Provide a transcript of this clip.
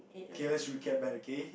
okay let's recap back again